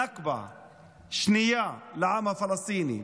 נכבה שנייה לעם הפלסטיני,